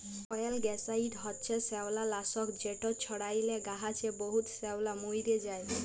অয়েলগ্যাসাইড হছে শেওলালাসক যেট ছড়াইলে গাহাচে বহুত শেওলা মইরে যায়